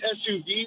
suv